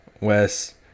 Wes